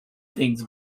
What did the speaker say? things